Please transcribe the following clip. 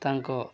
ତାଙ୍କ